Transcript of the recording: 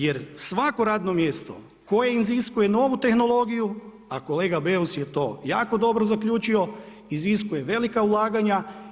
Jer svako radno mjesto koje iziskuje novu tehnologiju, a kolega Beus je to jako dobro zaključio, iziskuje velika ulaganja.